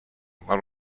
while